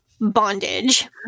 bondage